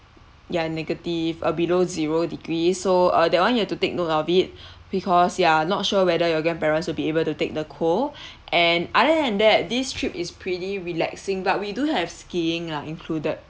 ya negative uh below zero degree so uh that [one] you have to take note of it because ya not sure whether your grandparents will be able to take the cold and other than that this trip is pretty relaxing but we do have skiing lah included